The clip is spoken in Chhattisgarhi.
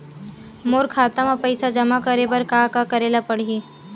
मोर खाता म पईसा जमा करे बर का का करे ल पड़हि?